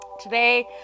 Today